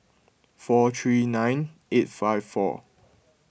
four three nine eight five four